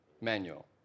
manual